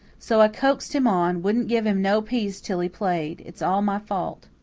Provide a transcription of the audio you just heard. so i coaxed him on wouldn't give him no peace till he played. it's all my fault.